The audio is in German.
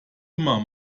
immer